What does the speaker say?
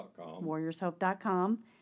warriorshope.com